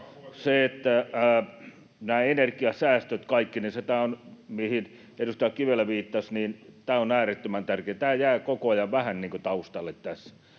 Nämä energiasäästöt kaikkinensa, mihin edustaja Kivelä viittasi: Tämä on äärettömän tärkeää. Tämä jää koko ajan vähän niin kuin taustalle tässä.